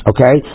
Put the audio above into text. Okay